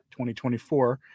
2024